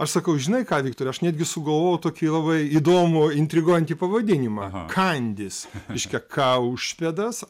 aš sakau žinai ką viktorai aš netgi sugalvojau tokį labai įdomų intriguojantį pavadinimą kandys reiškia kaušpėdas